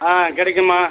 ஆ கிடைக்கும்மா